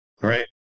right